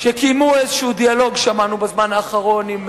שקיימו איזה דיאלוג שמענו בזמן האחרון, עם